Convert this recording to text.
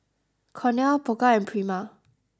Cornell Pokka and Prima